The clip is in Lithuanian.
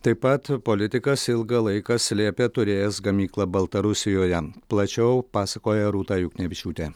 taip pat politikas ilgą laiką slėpė turėjęs gamyklą baltarusijoje plačiau pasakoja rūta juknevičiūtė